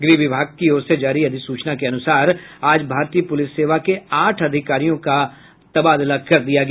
गृह विभाग की ओर से जारी अधिसूचना के अनुसार आज भारतीय प्रलिस सेवा के आठ अधिकारियों का तबादला कर दिया गया